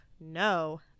No